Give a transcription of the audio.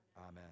Amen